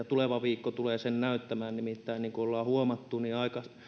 tuleva viikko tulee sen näyttämään niin kuin ollaan huomattu